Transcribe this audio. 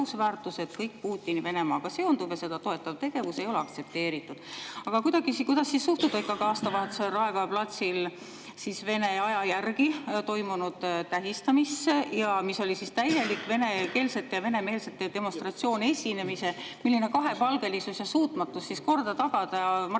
mingi Putini Venemaaga seonduv ja seda toetav tegevus ei ole aktsepteeritud. Aga kuidas siis suhtuda ikkagi aastavahetusel Raekoja platsil Vene aja järgi toimunud tähistamisse, mis oli täielik venekeelsete ja venemeelsete demonstratsioonesinemine? Milline kahepalgelisus ja suutmatus korda tagada!